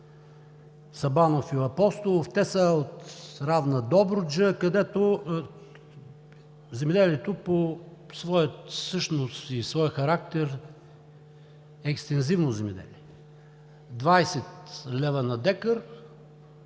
Сабанов и Апостолов. Те са от равна Добруджа, където земеделието по своите същност и характер е екстензивно земеделие. Двадесет лева на декар: